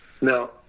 no